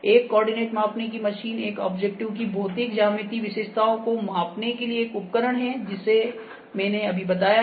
एक कोऑर्डिनेट मापने की मशीन एक ऑब्जेक्ट की भौतिक ज्यामितीय विशेषताओं को मापने के लिए एक उपकरण है जिसे मैंने अभी बताया है